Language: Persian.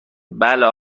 بله